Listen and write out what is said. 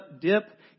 dip